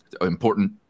important